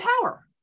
power